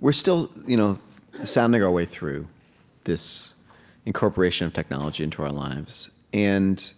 we're still you know sounding our way through this incorporation of technology into our lives. and